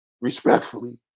Respectfully